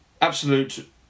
absolute